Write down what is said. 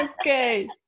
Okay